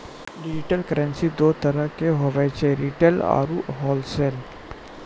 digital currency दो तरह रो हुवै छै रिटेल आरू होलसेल